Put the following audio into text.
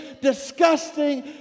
disgusting